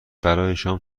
شام